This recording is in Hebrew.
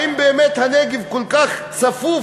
האם באמת הנגב כל כך צפוף,